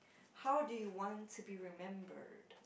how do you want to be remembered